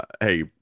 hey